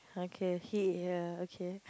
okay he ya okay